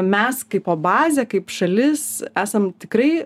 mes kaipo bazė kaip šalis esam tikrai